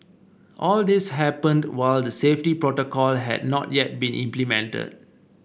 all this happened while the safety protocol had not yet been implemented